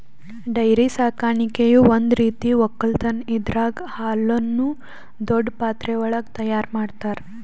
dairy ಸಾಕಾಣಿಕೆಯು ಒಂದ್ ರೀತಿಯ ಒಕ್ಕಲತನ್ ಇದರಾಗ್ ಹಾಲುನ್ನು ದೊಡ್ಡ್ ಮಾತ್ರೆವಳಗ್ ತೈಯಾರ್ ಮಾಡ್ತರ